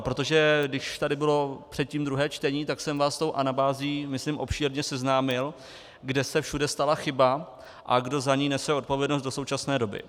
Protože když tady bylo předtím druhé čtení, tak jsem vás s tou anabází, myslím, obšírně seznámil, kde všude se stala chyba a kdo za ni nese odpovědnost, do současné doby.